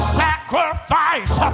sacrifice